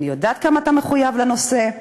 אני יודעת כמה אתה מחויב לנושא,